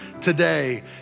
today